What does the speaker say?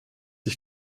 ich